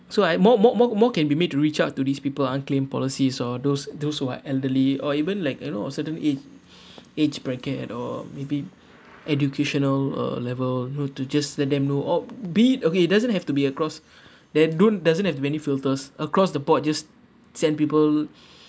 so I more more more more can be made to reach out to these people's unclaimed policies or those those who are elderly or even like you know a certain age age bracket and or maybe educational uh level you know to just let them know or be it okay it doesn't have to be across that don't doesn't have to be any filters across the board just send people